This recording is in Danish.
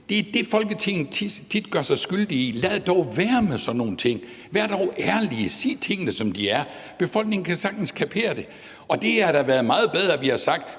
det er det, Folketinget tit gør sig skyldig i. Lad dog være med sådan nogle ting; vær dog ærlig og sig tingene, som de er. Befolkningen kan sagtens kapere det. Det havde da været meget bedre, hvis vi havde sagt,